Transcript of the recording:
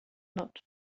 not